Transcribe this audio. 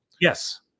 Yes